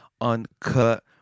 uncut